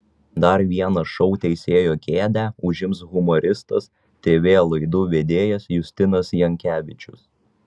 dar vieną šou teisėjo kėdę užims humoristas tv laidų vedėjas justinas jankevičius